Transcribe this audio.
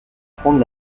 apprendre